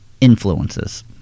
influences